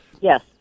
Yes